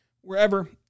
wherever